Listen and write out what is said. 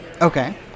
Okay